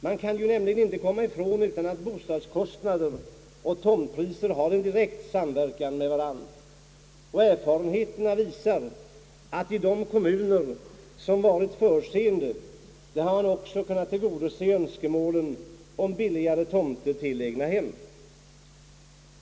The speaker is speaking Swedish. Man kan nämligen inte komma ifrån att bostadskostnader och tomtpriser har en direkt påverkan på varandra. Erfarenheterna visar att i de kommuner, som har varit förutseende, har man också kunnat tillgodose önskemålen om billiga tomter till bl.a. egnahem.